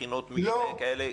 כולל בחינות משנה וכדומה?